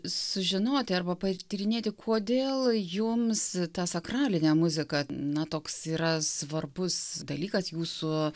sužinoti arba patyrinėti kodėl jums ta sakralinė muzika na toks yra svarbus dalykas jūsų